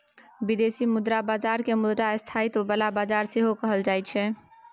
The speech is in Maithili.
बिदेशी मुद्रा बजार केँ मुद्रा स्थायित्व बला बजार सेहो कहल जाइ छै